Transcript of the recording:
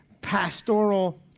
pastoral